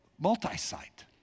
multi-site